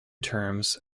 terms